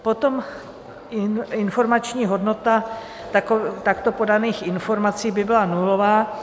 Potom informační hodnota takto podaných informací by byla nulová.